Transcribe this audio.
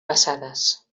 passades